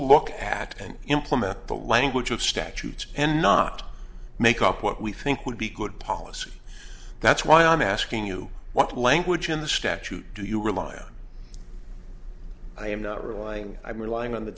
look at and implement the language of statutes and not make up what we think would be good policy that's why i'm asking you what language in the statute do you rely on i am not relying i'm relying on the